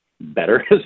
better